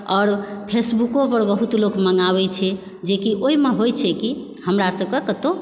आओर फेसबुकोपर बहुत लोक मङ्गाबै छै जेकि ओइमे होइ छै कि हमरा सभके कतहु